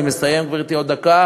אני מסיים, גברתי, עוד דקה.